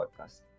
podcast